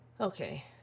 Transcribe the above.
Okay